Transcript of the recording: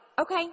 okay